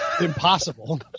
impossible